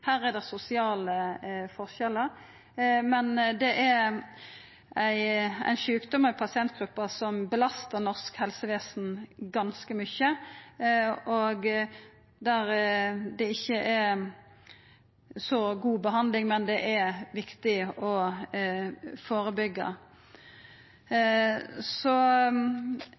Her er det sosiale forskjellar. Det er ein sjukdom og ei pasientgruppe som belastar norsk helsevesen ganske mykje, der det ikkje er så god behandling, men der det er viktig å